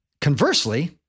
conversely